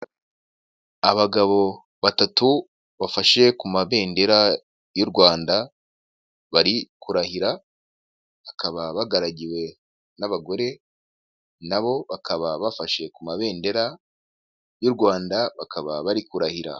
Abagabo batatu bafashe ku mabendera y'u Rwanda, bari kurahira bakaba baragaragiwe n'abagore, nabo bakaba bafashe ku mabendera y'u Rwanda bakaba bari kurahira.